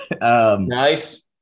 Nice